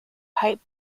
pipe